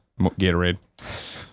Gatorade